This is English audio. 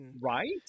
Right